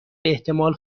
باحتمال